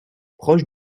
proche